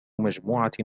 مجموعة